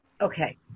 Okay